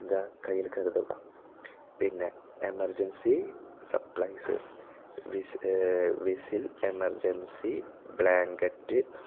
എന്താ കയ്യിൽ കരുതുക പിന്നെ emergency supplies whis whistle emergency blanket